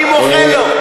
אני מוחל לו.